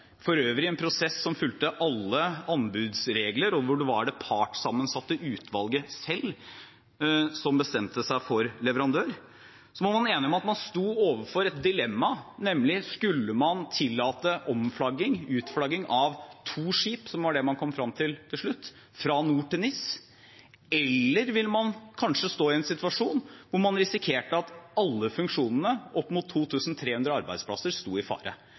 for øvrig en prosess som fulgte alle anbudsregler, og hvor det var det partssammensatte utvalget selv som bestemte seg for leverandør – var man enig om at man sto overfor et dilemma, nemlig: Skulle man tillate omflagging, utflagging, av to skip, fra NOR til NIS som var det man kom frem til til slutt, eller ville man kanskje stå i en situasjon hvor man risikerte at alle funksjonene, opp mot 2 300 arbeidsplasser, sto i fare?